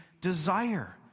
desire